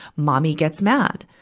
mommy gets mad.